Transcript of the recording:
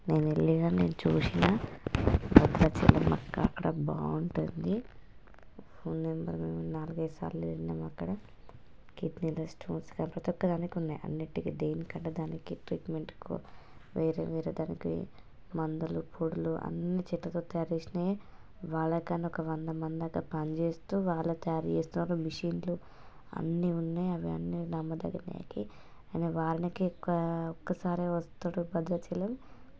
నేను వెళ్ళినా నేను చూసిన భద్రాచలం మక్క అక్కడ బాగుంటుంది ఫోన్ నెంబరు నాలుగైదు సార్లు వెళ్ళినాం అక్కడ కిడ్నీలో స్టోన్స్ ప్రతి ఒక్క దానికున్నాయి అన్నిటికీ దేనికంటే దానికి ట్రీట్మెంట్కు వేరే వేరే దానికి మందులు పొడులు అన్నీ చెట్లతో తయారు చేసినయి వాళ్ళకన్నా ఒక వంద మండి దాక పనిచేస్తూ వాళ్ళే తయారుచేస్తున్నారు మిషన్లు అన్నీ ఉన్నాయి అవన్నీ నమ్మదగినాకి అయినా వాళ్నకే ఎక్కువ ఒక్కసారే వస్తారు భద్రాచలం